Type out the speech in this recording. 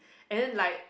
and then like